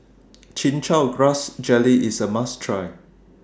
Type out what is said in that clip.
Chin Chow Grass Jelly IS A must Try